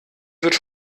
wird